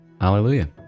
Hallelujah